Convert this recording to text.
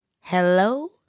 Hello